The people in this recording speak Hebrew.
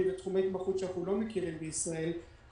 ותחומי התמחות שאנחנו לא מכירים בישראל,